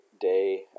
day